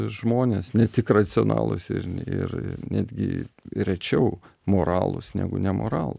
žmonės ne tik racionalūs ir ir netgi rečiau moralūs negu nemoral